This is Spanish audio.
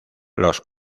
los